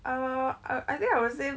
!ee! I think I would say